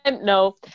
no